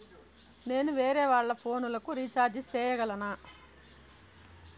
నేను వేరేవాళ్ల ఫోను లకు రీచార్జి సేయగలనా?